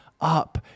up